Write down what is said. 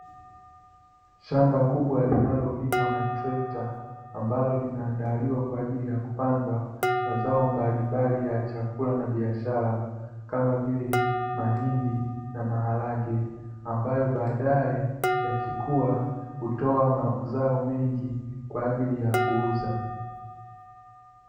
Shamba kubwa linalolimwa na trekta ambalo linaandaliwa kwa ajili ya kupandwa mazao mbalimbali ya chakula na biashara kama vile, mahindi na maharage, ambayo baadae yakikua hutoa mazao mengi kwa ajili ya kuuza.